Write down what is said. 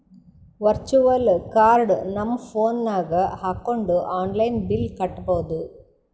virtual card ನಮ್ phone ನಾಗ್ ಹಾಕೊಂಡ್ ಆನ್ಲೈನ್ ಬಿಲ್ ಕಟ್ಟಬೋದು